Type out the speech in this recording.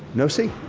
no c.